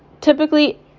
typically